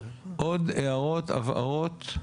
עוד, הערות, הבהרות?